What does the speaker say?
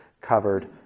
covered